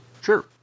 Sure